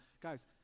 Guys